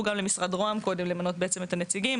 גם למשרד רוה"מ קודם למנות את הנציגים.